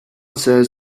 says